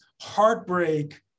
heartbreak